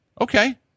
Okay